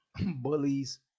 bullies